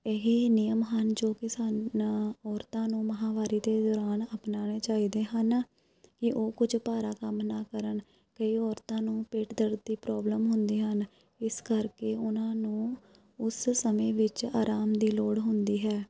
ਇਹ ਨਿਯਮ ਹਨ ਜੋ ਕਿ ਸਨ ਔਰਤਾਂ ਨੂੰ ਮਹਾਂਵਾਰੀ ਦੇ ਦੌਰਾਨ ਅਪਣਾਉਣੇ ਚਾਹੀਦੇ ਹਨ ਕਿ ਉਹ ਕੁਛ ਭਾਰਾ ਕੰਮ ਨਾ ਕਰਨ ਕਈ ਔਰਤਾਂ ਨੂੰ ਪੇਟ ਦਰਦ ਦੀ ਪ੍ਰੋਬਲਮ ਹੁੰਦੀਆਂ ਹਨ ਇਸ ਕਰਕੇ ਉਹਨਾਂ ਨੂੰ ਉਸ ਸਮੇਂ ਵਿੱਚ ਆਰਾਮ ਦੀ ਲੋੜ ਹੁੰਦੀ ਹੈ